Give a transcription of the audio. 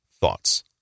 Thoughts